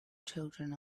children